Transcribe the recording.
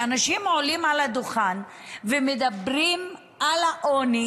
שאנשים עולים על הדוכן ומדברים על העוני